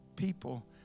people